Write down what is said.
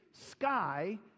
sky